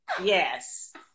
Yes